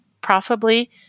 profitably